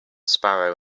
sparrow